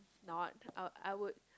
not I I would